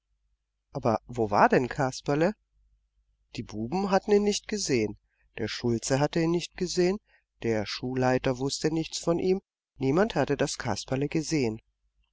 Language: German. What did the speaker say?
aber wo war denn kasperle die buben hatten ihn nicht gesehen der schulze hatte ihn nicht gesehen der schullehrer wußte nichts von ihm niemand hatte das kasperle gesehen